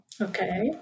Okay